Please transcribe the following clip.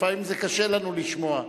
לפעמים זה קשה לנו לשמוע.